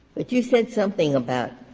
like you said something about